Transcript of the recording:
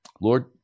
Lord